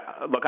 Look